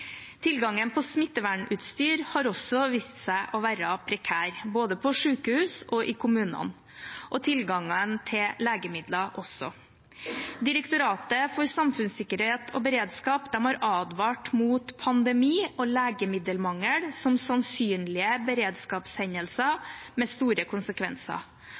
Tilgangen på smittevernutstyr har vist seg å være prekær, både på sykehus og i kommunene, og tilgangen til legemidler også. Direktoratet for samfunnssikkerhet og beredskap har advart mot pandemi og legemiddelmangel som sannsynlige beredskapshendelser med store konsekvenser.